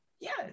Yes